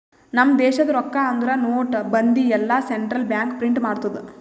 ನಮ್ ದೇಶದು ರೊಕ್ಕಾ ಅಂದುರ್ ನೋಟ್, ಬಂದಿ ಎಲ್ಲಾ ಸೆಂಟ್ರಲ್ ಬ್ಯಾಂಕ್ ಪ್ರಿಂಟ್ ಮಾಡ್ತುದ್